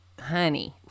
honey